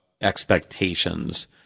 expectations